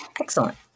Excellent